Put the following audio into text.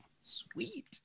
sweet